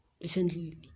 recently